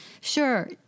Sure